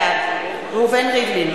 בעד ראובן ריבלין,